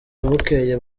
bukeye